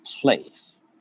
place